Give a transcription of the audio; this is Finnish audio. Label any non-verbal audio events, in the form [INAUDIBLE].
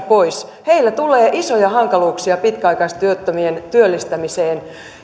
[UNINTELLIGIBLE] pois heille tulee isoja hankaluuksia pitkäaikaistyöttömien työllistämisessä